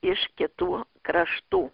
iš kitų kraštų